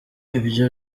ibyo